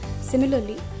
Similarly